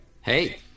Hey